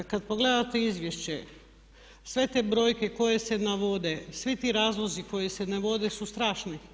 Kad pogledate izvješće, sve te brojke koje se navode, svi ti razlozi koji se navode su strašni.